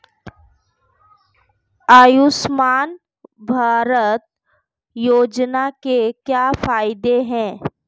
आयुष्मान भारत योजना के क्या फायदे हैं?